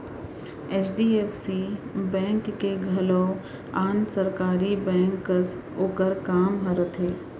HDFC bank के घलौ आन सरकारी बेंक कस ओकर काम ह रथे